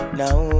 now